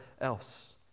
else